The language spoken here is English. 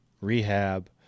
rehab